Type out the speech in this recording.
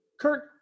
kurt